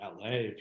LA